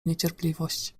niecierpliwość